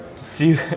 See